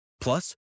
Plus